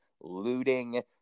Looting